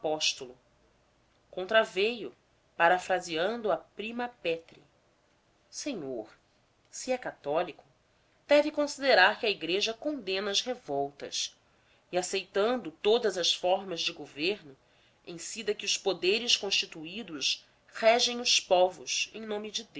um apóstolo contraveio parafraseando a prima petri senhor se é católico deve considerar que a igreja condena as revoltas e aceitando todas as formas de governo ensina que os poderes constituídos regem os povos em nome de